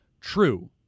true